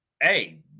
Hey